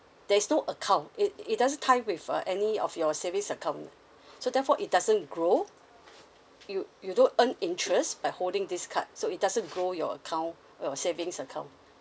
there is no account it it doesn't tie with uh any of your savings account so therefore it doesn't grow you you don't earn interest by holding this card so it doesn't grow your account your savings account